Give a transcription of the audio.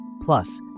Plus